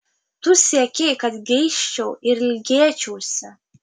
tu siekei kad geisčiau ir ilgėčiausi